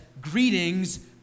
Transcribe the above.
greetings